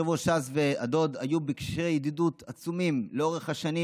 יושב-ראש ש"ס והדוד היו בקשרי ידידות עצומים לאורך השנים,